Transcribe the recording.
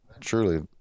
truly